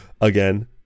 again